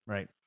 Right